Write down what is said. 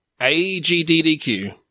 AGDDQ